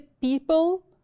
people